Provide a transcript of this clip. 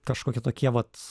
kažkokie tokie vat